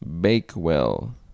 Bakewell